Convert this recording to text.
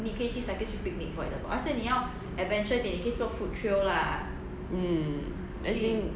mm